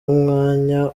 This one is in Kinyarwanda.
umwanya